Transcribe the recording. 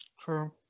True